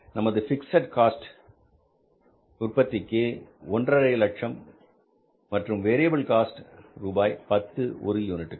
நமது fixed cost உற்பத்திக்கு ஒன்றரை ஒன்றரை லட்சம் மற்றும் வேரியபில் காஸ்ட் ரூபாய் 10 ஒரு யூனிட்டுக்கு